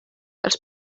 els